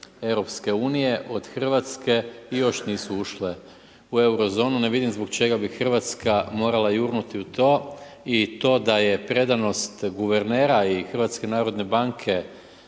članice EU, od Hrvatske i još nisu ušle u euro zonu, ne vidim zbog čega bi Hrvatska morala jurnuti u to. I to je da je predanost guvernera i HNB-a velika